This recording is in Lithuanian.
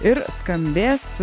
ir skambės